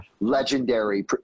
legendary